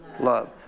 Love